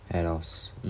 hair loss